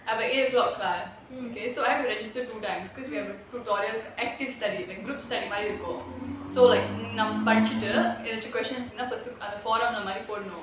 I have a eight O clock class okay so I have to register two times because we have a tutorial active study like group study மாதிரி இருக்கும்:maathiri irukum so like படிச்சிட்டு:padichitu questions ஆனா மாதிரி போடணும்:aana maathiri podanum